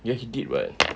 ya he did [what]